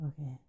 Okay